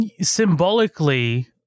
symbolically-